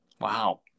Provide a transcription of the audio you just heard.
Wow